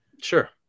sure